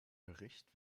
bericht